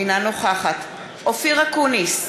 אינה נוכחת אופיר אקוניס,